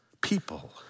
people